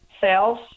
sales